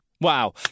Wow